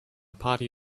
party